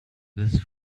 this